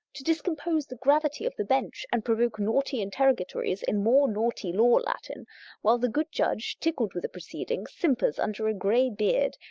to discompose the gravity of the bench, and provoke naughty interrogatories in more naughty law latin while the good judge, tickled with the proceeding, simpers under a grey beard,